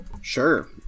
Sure